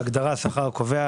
בהגדרה "השכר הקובע",